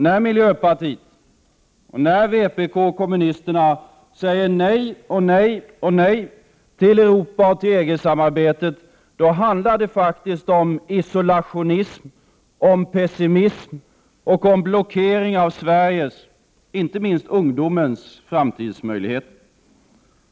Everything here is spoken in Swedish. När miljöpartiet och vpk säger nej, nej och nej till Europa och EG-samarbetet handlar det faktiskt om isolationism, pessimism och blockering av Sveriges, och inte minst ungdomens, framtidsmöjligheter.